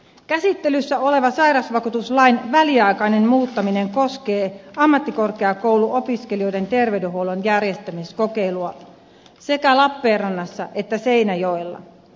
käsittelyssä oleva sairausvakuutuslain väliaikainen muuttaminen koskee ammattikorkeakouluopiskelijoiden ter veydenhuollon järjestämiskokeilua sekä lappeenrannassa että seinäjoella